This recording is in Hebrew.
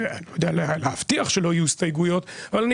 איני יודע להבטיח שלא יהיו הסתייגויות אבל אני